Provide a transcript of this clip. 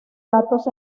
datos